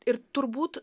ir turbūt